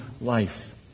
life